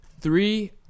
three